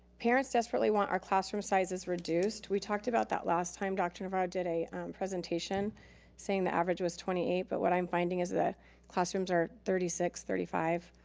parents desperately want our classroom sizes reduced. we talked about that last time. dr. navarro did a presentation saying the average was twenty eight, but what i'm finding is that classrooms are thirty six, thirty five,